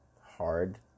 hard